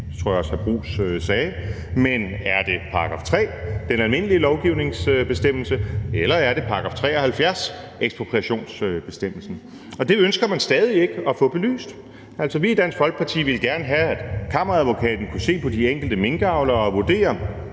tror jeg også at hr. Jeppe Bruus sagde, men er det § 3, den almindelige lovgivningsbestemmelse, eller er det § 73, ekspropriationsbestemmelsen? Det ønsker man stadig ikke at få belyst. Vi i Dansk Folkeparti ville gerne have, at Kammeradvokaten kunne se på de enkelte minkavlere og vurdere,